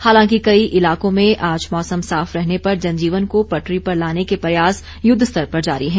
हालांकि कई इलाकों में आज मौसम साफ रहने पर जनजीवन को पटरी पर लाने के प्रयास युद्धस्तर पर जारी हैं